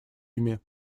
ими